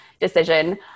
decision